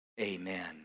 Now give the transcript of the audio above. amen